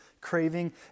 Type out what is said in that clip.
craving